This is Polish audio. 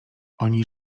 oni